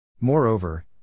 Moreover